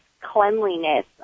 cleanliness